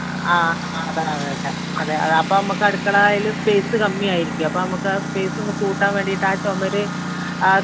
ആ അതെ അതെ അതെ അതെ അപ്പം നമുക്ക് അടുക്കളയിൽ സ്പേസ് കമ്മി ആയിരിക്കും അപ്പം നമുക്ക് ആ സ്പേസ് ഒന്ന് കൂട്ടാൻ വേണ്ടിയിട്ട് ആ ചുമര് ആ